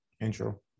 Intro